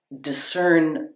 discern